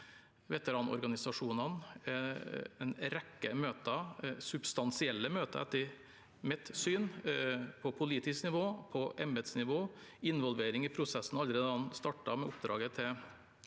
veteranorganisasjonene, en rekke møter – substansielle møter, etter mitt syn – på politisk nivå og embetsnivå, og involvering i prosessen, allerede da den startet, med oppdraget til